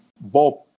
Bob